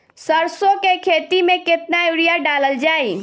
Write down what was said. सरसों के खेती में केतना यूरिया डालल जाई?